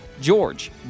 George